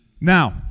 Now